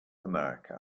america